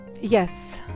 yes